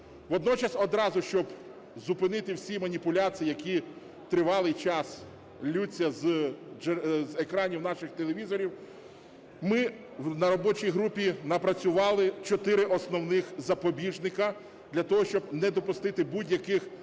Водночас одразу, щоб зупинити всі маніпуляції, які тривалий час ллються з екранів наших телевізорів, ми на робочій групі напрацювали чотири основних запобіжники для того, щоб не допустити будь-яких махінацій,